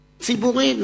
ציבורי.